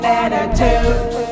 attitude